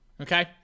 Okay